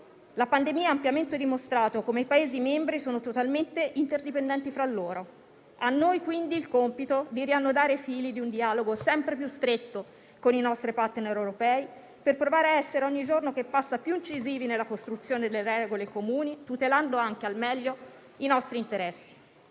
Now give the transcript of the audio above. La pandemia ha ampiamente dimostrato come i Paesi membri siano totalmente interdipendenti tra loro. A noi quindi il compito di riannodare i fili di un dialogo sempre più stretto con i nostri *partner* europei, per provare a essere ogni giorno che passa più incisivi nella costruzione delle regole comuni, tutelando anche al meglio i nostri interessi.